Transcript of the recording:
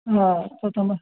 હા તો તમે